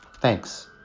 Thanks